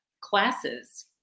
classes